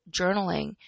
journaling